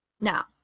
Now